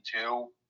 two